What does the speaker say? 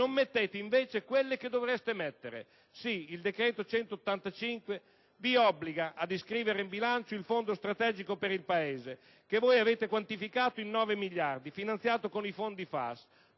non inserite invece quelle che dovreste mettere. Il decreto-legge n. 185 del 2008 vi obbliga ad iscrivere in bilancio il Fondo strategico per il Paese che voi avete quantificato in 9 miliardi, finanziato con i fondi FAS,